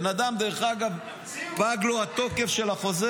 לבן אדם פג התוקף של החוזה,